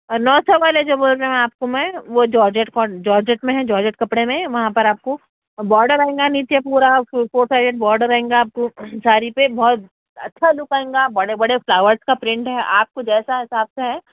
اور نو سو والے جو بول رہیں میں آپ کو میں وہ جارجٹ کون جارجٹ میں ہے جارجٹ کپڑے میں ہے وہاں پر آپ کو اور باڈر آئیں گا نیچے پورا فل فور سائڈ باڈر رہے گا آپ کو ساری پہ بہت اچھا دکان تھا بڑے بڑے فلاورس کا پرنٹ ہے آپ کو جیسا حساب سے ہے